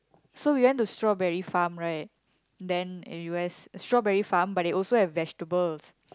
so we went to strawberry farm right then in u_s strawberry farm but they also have vegetables